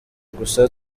gusa